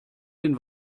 den